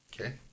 Okay